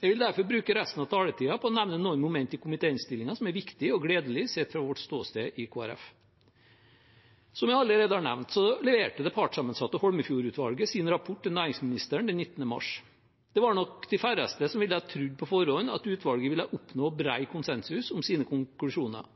Jeg vil derfor bruke resten av taletiden på å nevne noen momenter i komitéinnstillingen som er viktige og gledelige sett fra vårt ståsted i Kristelig Folkeparti. Som jeg allerede har nevnt, leverte det partssammensatte Holmefjord-utvalget sin rapport til næringsministeren den 19. mars. Det var nok de færreste som ville trodd på forhånd at utvalget ville oppnå bred konsensus om sine konklusjoner.